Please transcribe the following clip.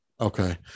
Okay